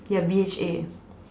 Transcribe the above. ya B_H_A